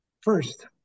first